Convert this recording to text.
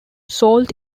salt